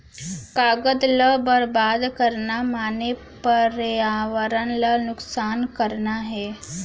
कागद ल बरबाद करना माने परयावरन ल नुकसान करना हे